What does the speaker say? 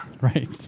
Right